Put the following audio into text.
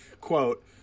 quote